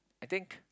I think